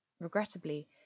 Regrettably